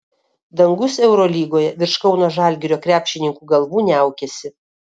dangus eurolygoje virš kauno žalgirio krepšininkų galvų niaukiasi